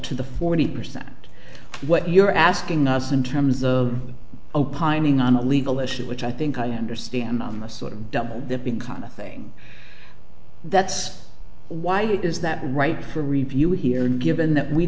to the forty percent what you're asking us in terms of opining on a legal issue which i think i understand the sort of double dipping kind of thing that's why it is that right for review here given that we